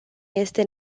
este